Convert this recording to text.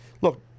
Look